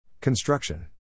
Construction